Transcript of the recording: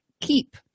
keep